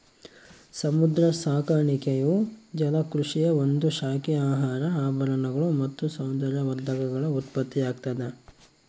ಸಮುದ್ರ ಸಾಕಾಣಿಕೆಯು ಜಲಕೃಷಿಯ ಒಂದು ಶಾಖೆ ಆಹಾರ ಆಭರಣಗಳು ಮತ್ತು ಸೌಂದರ್ಯವರ್ಧಕಗಳ ಉತ್ಪತ್ತಿಯಾಗ್ತದ